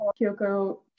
Kyoko